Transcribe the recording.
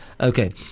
Okay